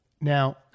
Now